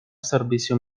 servicio